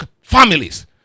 families